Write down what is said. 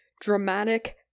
Dramatic